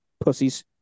Pussies